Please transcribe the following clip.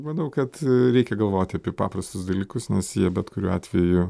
manau kad reikia galvoti apie paprastus dalykus nes jie bet kuriuo atveju